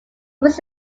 his